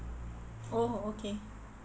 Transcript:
oh okay